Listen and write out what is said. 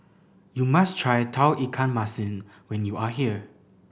you must try Tauge Ikan Masin when you are here